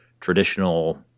traditional